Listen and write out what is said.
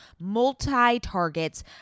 multi-targets